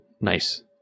Nice